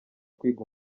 kwiga